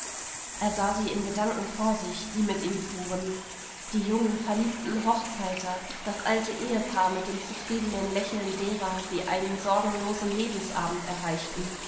er sah sie in gedanken vor sich die mit ihm fuhren die jungen verliebten hochzeiter das alte ehepaar mit dem zufriedenen lächeln derer die einen sorgenlosen lebensabend erreichten